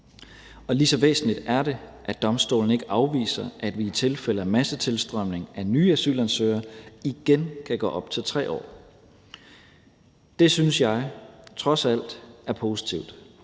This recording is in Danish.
år. Lige så væsentligt er det, at Domstolen ikke afviser, at vi i tilfælde af massetilstrømning af nye asylansøgere igen kan gå op til 3 år. Det synes jeg trods alt er positivt,